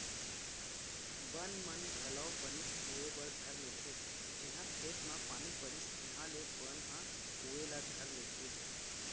बन मन घलौ बनेच उवे बर धर लेथें जिहॉं खेत म पानी परिस तिहॉले बन ह उवे ला धर लेथे